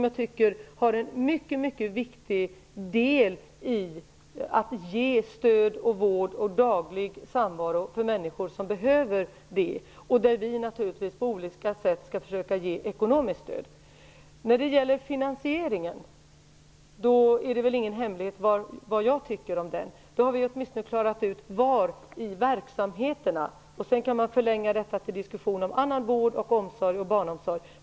Jag tycker att de har mycket viktigt att ge i form av stöd, vård och daglig samvaro för människor som behöver det, och vi skall naturligtvis på olika sätt försöka ge dem ekonomiskt stöd till detta. När det gäller finansieringen är det väl ingen hemlighet vad jag tycker. Vi har åtminstone klarat ut vad det gäller i verksamheterna. Sedan kan vi förlänga diskussionen till annan vård och omsorg, t.ex. barnomsorg.